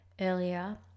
earlier